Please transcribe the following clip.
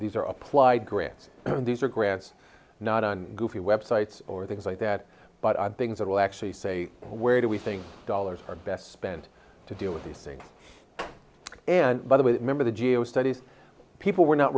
these are applied grants and these are grants not on goofy web sites or things like that but i'm things that will actually say where do we think dollars are best spent to deal with these things and by the way that member the g a o studies people were not